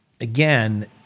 again